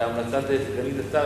כהמלצת סגנית השר,